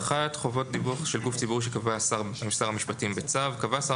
10כג1חובות דיווח של גוף ציבורי שקבע שר המשפטים בצו קבע שר